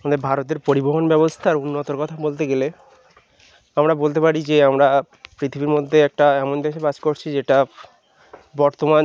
আমাদের ভারতের পরিবহন ব্যবস্থার উন্নতর কথা বলতে গেলে আমরা বলতে পারি যে আমরা পৃথিবীর মধ্যে একটা এমন দেশে বাস করছি যেটা বর্তমান